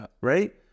Right